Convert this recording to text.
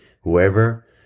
Whoever